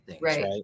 right